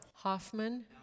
Hoffman